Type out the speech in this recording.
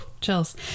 chills